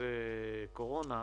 פלוס קורונה,